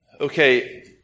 Okay